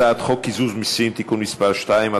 הצעת חוק קיזוז מסים (תיקון מס' 2),